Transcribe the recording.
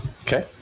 okay